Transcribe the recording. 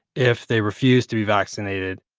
if they refused to be vaccinated.